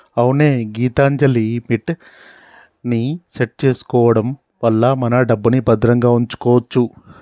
అవునే గీతాంజలిమిట్ ని సెట్ చేసుకోవడం వల్ల మన డబ్బుని భద్రంగా ఉంచుకోవచ్చు